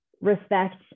respect